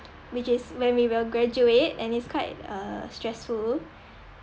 which is when we will graduate and it's quite uh stressful